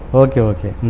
ok ok